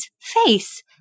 face